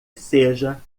seja